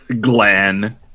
Glenn